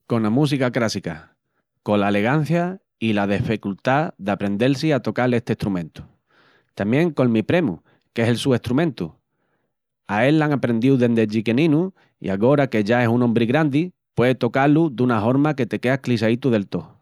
Cona música crássica, cola alegancia i la deficultá d'aprendel-si a tocal esti estrumentu. Tamién col mi premu que es el su estrumentu, a él l'an aprendíu dendi chiqueninu i agora que ya es un ombri grandi pué tocá-lu duna horma que te queas clissaitu del tó.